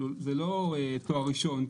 זה לא תואר ראשון,